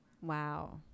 wow